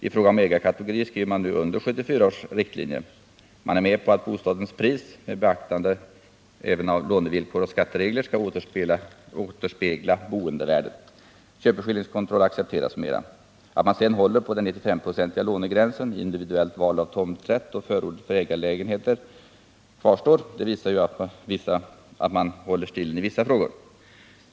I fråga om ägarkategorierna skriver man nu under på 1974 års riktlinje, man är med på att bostadens pris — med beaktande även av lånevillkor och skatteregler — skall återspegla boendevärdet, köpeskillingskontroll accepteras, m.m. Att sedan den 95-procentiga lånegränsen, det individuella valet av tomträtt och förordet för ägarlägenheterna kvarstår visar ju att man håller stilen i vissa frågor.